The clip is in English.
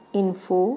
info